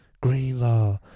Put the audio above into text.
Greenlaw